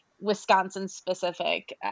Wisconsin-specific